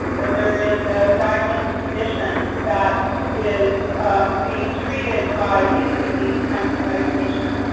that there is a diagnosed condition that is being treated by using these kinds of medications.